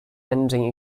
ending